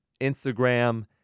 Instagram